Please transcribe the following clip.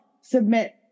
submit